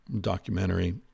documentary